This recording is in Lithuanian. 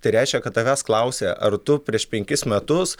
tai reiškia kad tavęs klausė ar tu prieš penkis metus